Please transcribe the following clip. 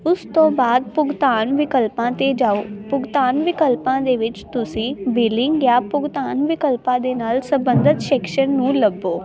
ਉਸ ਤੋਂ ਬਾਅਦ ਭੁਗਤਾਨ ਵਿਕਲਪਾਂ 'ਤੇ ਜਾਓ ਭੁਗਤਾਨ ਵਿਕਲਪਾਂ ਦੇ ਵਿੱਚ ਤੁਸੀਂ ਬਿਲਿੰਗ ਜਾਂ ਭੁਗਤਾਨ ਵਿਕਲਪਾਂ ਦੇ ਨਾਲ ਸੰਬੰਧਿਤ ਸ਼ਿਕਸ਼ਣ ਨੂੰ ਲੱਭੋ